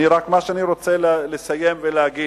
מה שאני רוצה לסיים ולהגיד,